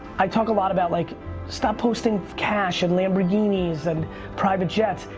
i talk a lot about like stop posting cash and lamborghini's and private jets,